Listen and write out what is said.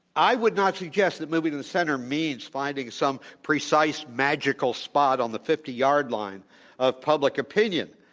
i would not suggest that moving to the center means finding some precise magical spot on the fifty yard line of public opinion,